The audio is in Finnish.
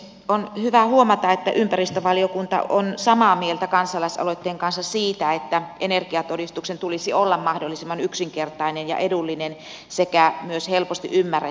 on hyvä huomata että ympäristövaliokunta on samaa mieltä kansalaisaloitteen kanssa siitä että energiatodistuksen tulisi olla mahdollisimman yksinkertainen ja edullinen sekä myös helposti ymmärrettävä